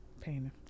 Pain